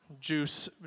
juice